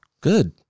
Good